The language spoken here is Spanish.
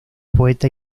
poeta